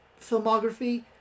filmography